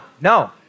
no